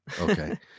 Okay